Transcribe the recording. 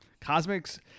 Cosmics